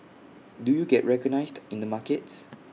do you get recognised in the markets